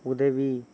உதவி